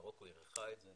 מרוקו אירחה את זה,